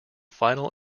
final